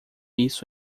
isso